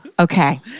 Okay